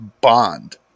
Bond